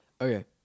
Okay